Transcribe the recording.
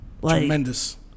Tremendous